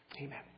Amen